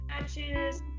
matches